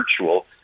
virtual